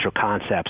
concepts